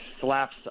slaps